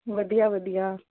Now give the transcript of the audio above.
ਵਧੀਆ ਵਧੀਆ